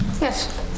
Yes